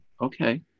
okay